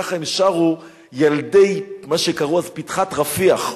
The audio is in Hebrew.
ככה שרו ילדי מה שקראו אז פתחת-רפיח.